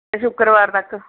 ਸ਼ੁੱਕਰਵਾਰ ਤੱਕ